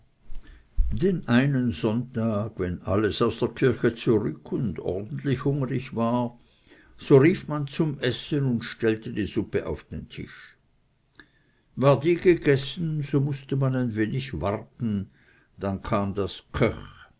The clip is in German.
den einen sonntag wenn alles aus der kirche zurück und ordentlich hungrig war so rief man zum essen und stellte die suppe auf den tisch war die gegessen so mußte man ein wenig warten dann kam das